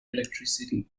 electricity